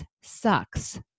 sucks